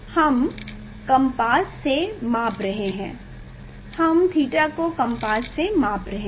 हम कम्पास से माप रहे हैं हम 𝛉 को कम्पास से माप रहे हैं